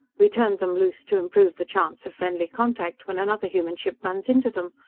we turned them loose to improve the chance of friendly contact when another human ship runs into them.